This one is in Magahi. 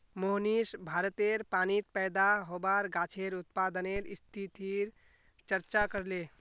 मोहनीश भारतेर पानीत पैदा होबार गाछेर उत्पादनेर स्थितिर चर्चा करले